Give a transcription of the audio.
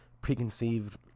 preconceived